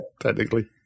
Technically